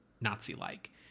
Nazi-like